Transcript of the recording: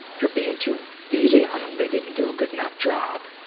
you're being too easy on them, they didn't do a good enough job,